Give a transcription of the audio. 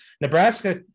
Nebraska